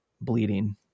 bleeding